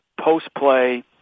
post-play